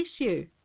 issue